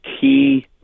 key